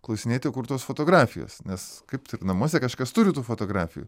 klausinėti kur tos fotografijos nes kaip taip namuose kažkas turi tų fotografijų